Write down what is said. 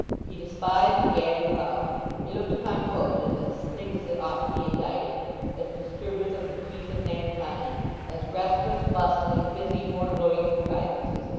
he despised gadding about he looked upon coaches as things that ought to be indicted as disturbers of the peace of mankind as restless, bustling, busy, horn-blowing contrivances,